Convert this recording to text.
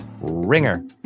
ringer